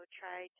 try